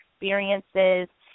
experiences